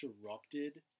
interrupted